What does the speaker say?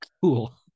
Cool